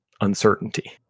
uncertainty